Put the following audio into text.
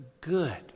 good